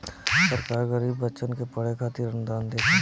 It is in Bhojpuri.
सरकार गरीब बच्चन के पढ़े खातिर अनुदान देत हवे